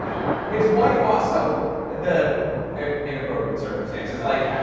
his wife also the inappropriate circumstances. like,